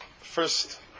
first